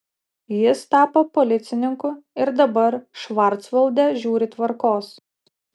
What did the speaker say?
jis tapo policininku ir dabar švarcvalde žiūri tvarkos